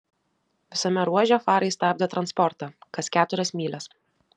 visame ruože farai stabdė transportą kas keturias mylias